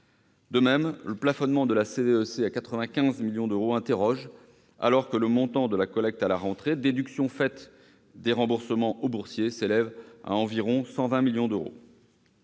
De même, le plafonnement de la CVEC à 95 millions d'euros interroge, alors que le montant de la collecte à la rentrée, déduction faite des remboursements aux boursiers, s'élève à environ 120 millions d'euros.